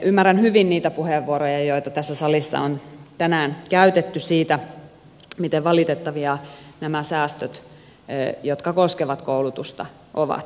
ymmärrän hyvin niitä puheenvuoroja joita tässä salissa on tänään käytetty siitä miten valitettavia nämä säästöt jotka koskevat koulutusta ovat